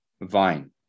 vine